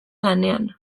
lanean